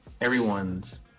everyone's